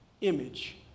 image